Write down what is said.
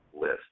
list